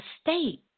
state